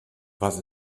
was